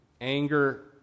Anger